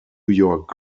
york